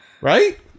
right